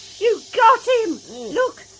you got him! look,